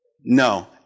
No